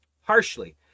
harshly